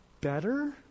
better